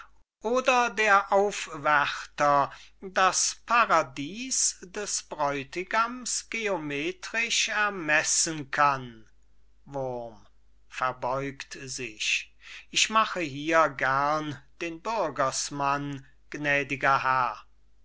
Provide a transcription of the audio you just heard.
gäste oder der aufwärter das paradies des bräutigams geometrisch ermessen kann wurm verbeugt sich ich mache hier gern den bürgersmann gnädiger herr